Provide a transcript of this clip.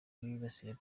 bibasiriye